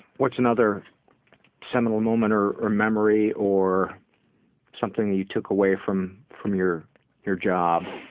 what's another seminal moment or or memory or something you took away from from your your job?